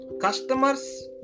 Customers